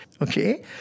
okay